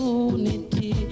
unity